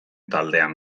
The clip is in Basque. taldean